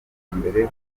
mbere